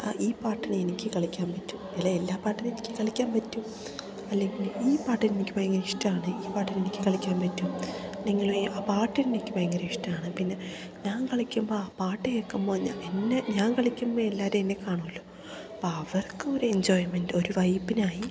ആ ഈ പാട്ടിനെ എനിക്ക് കളിക്കാൻ പറ്റും അല്ലാ എല്ലാ പാട്ടിന് എനിക്ക് കളിക്കാൻ പറ്റും അല്ലെങ്കിൽ ഈ പാട്ടിന് എനിക്ക് ഭയങ്കര ഇഷ്ടമാണ് ഈ പാട്ടിനെ എനിക്ക് കളിക്കാൻ പറ്റും അല്ലെങ്കിലും ആ പാട്ട് എനിക്ക് ഭയങ്കര ഇഷ്ടമാണ് പിന്നെ ഞാൻ കളിക്കുമ്പോൾ ആ പാട്ട് കേൾക്കുമ്പോൾ എന്നെ ഞാൻ കളിക്കുമ്പോൾ എല്ലാവരും എന്നെ കാണുമല്ലോ അപ്പം അവർക്ക് ഒരു എൻജോയ്മെൻറ്റ് ഒരു വൈബിനായി